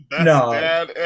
No